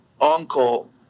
uncle